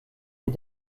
les